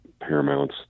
paramounts